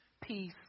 peace